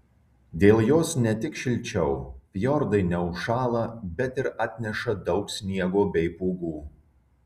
dėl jos ne tik šilčiau fjordai neužšąla bet ir atneša daug sniego bei pūgų